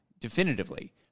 definitively